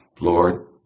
Lord